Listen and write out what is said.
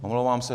Omlouvám se.